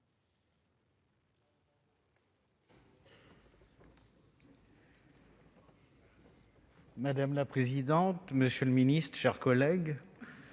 Madame la présidente, monsieur le ministre, mes chers collègues,